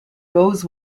goes